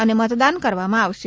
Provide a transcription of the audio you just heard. અને મતદાન કરવામાં આવશે